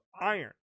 Iron